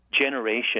generation